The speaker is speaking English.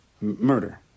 murder